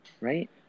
right